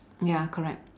ya correct